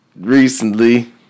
recently